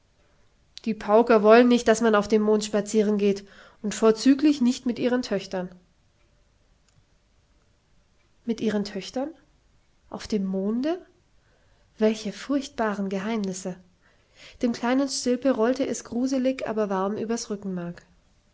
die pauker wollen nicht daß man auf dem mond spazieren geht und vorzüglich nicht mit ihren töchtern mit ihren töchtern auf dem monde welche furchtbaren geheimnisse dem kleinen stilpe rollte es gruselig aber warm übers rückenmark